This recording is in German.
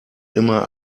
immer